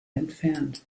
entfernt